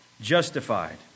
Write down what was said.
justified